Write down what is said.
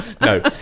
No